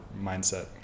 mindset